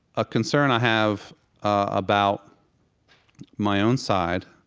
a concern i have about my own side,